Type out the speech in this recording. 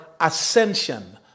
ascension